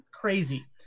Crazy